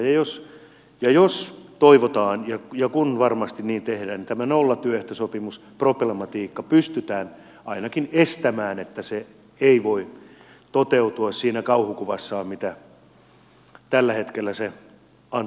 jos halutaan ja kun varmasti niin tehdään niin pystytään ainakin estämään että tämä nollatyöehtosopimusproplematiikka voisi toteutua siinä kauhukuvassaan mitä tällä hetkellä se antaa olettaa